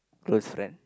close friend